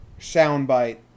soundbite